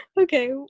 Okay